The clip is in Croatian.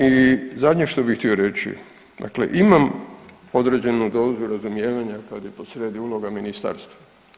I zadnje što bih htio reći, dakle imam određenu dozu razumijevanja kad je posredi uloga ministarstva.